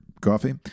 coffee